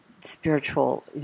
spiritual